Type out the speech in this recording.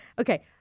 Okay